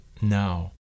now